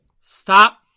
Stop